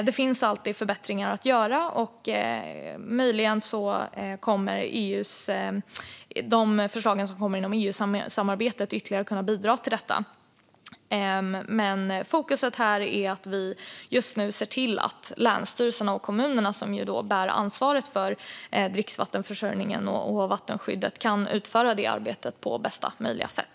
Det finns alltid förbättringar att göra, och möjligen kommer de förslag som kommer genom EU-samarbetet att ytterligare kunna bidra till detta. Men fokus här är att vi nu ser till att länsstyrelserna och kommunerna, som ju bär ansvar för dricksvattenförsörjningen och vattenskyddet, kan utföra det arbetet på bästa möjliga sätt.